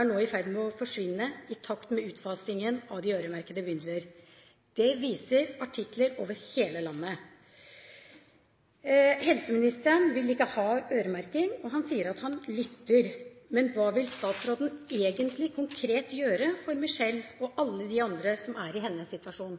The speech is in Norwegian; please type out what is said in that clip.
er nå i ferd med å forsvinne i takt med utfasingen av de øremerkede midlene. Det viser artikler fra hele landet. Helseministeren vil ikke ha øremerking. Han sier at han lytter, men hva vil statsråden egentlig konkret gjøre for Michelle og alle de andre som er i hennes situasjon?